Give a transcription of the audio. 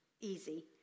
easy